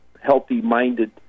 healthy-minded